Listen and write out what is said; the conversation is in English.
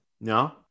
No